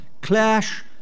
clash